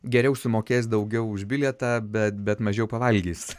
geriau sumokės daugiau už bilietą bet bet mažiau pavalgys